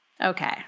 okay